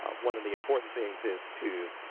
ah one of the important things is to